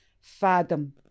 fathom